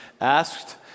asked